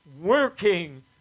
working